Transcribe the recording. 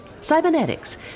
Cybernetics